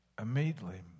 immediately